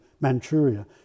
Manchuria